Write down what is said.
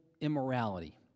immorality